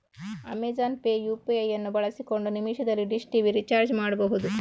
Amazon Pay UPI ಅನ್ನು ಬಳಸಿಕೊಂಡು ನಿಮಿಷದಲ್ಲಿ ಡಿಶ್ ಟಿವಿ ರಿಚಾರ್ಜ್ ಮಾಡ್ಬಹುದು